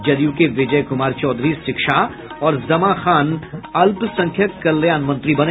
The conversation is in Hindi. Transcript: जदयू के विजय कुमार चौधरी शिक्षा और ज़मा ख़ान अल्पसंख्यक कल्याण मंत्री बने